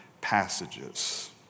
passages